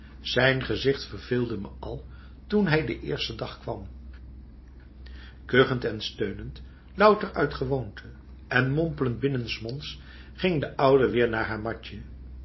zijn gezicht verveelde me al toen hij de eerste dag kwam kuchend en steunend louter uit gewoonte en mompelend binnensmonds ging de oude weer naar haar matje